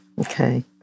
okay